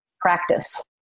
practice